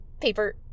paper